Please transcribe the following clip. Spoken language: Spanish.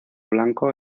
blanco